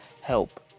help